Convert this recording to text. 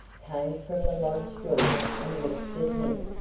came from the lodge door and looked at him.